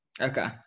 Okay